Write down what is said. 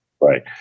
right